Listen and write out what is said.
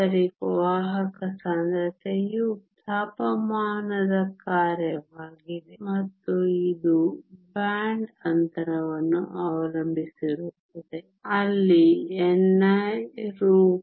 ಆಂತರಿಕ ವಾಹಕ ಸಾಂದ್ರತೆಯು ತಾಪಮಾನದ ಕಾರ್ಯವಾಗಿದೆ ಮತ್ತು ಇದು ಬ್ಯಾಂಡ್ ಅಂತರವನ್ನು ಅವಲಂಬಿಸಿರುತ್ತದೆ ಅಲ್ಲಿ ni √❑